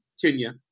Kenya